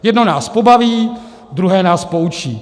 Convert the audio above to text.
Jedno nás pobaví, druhé nás poučí.